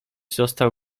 został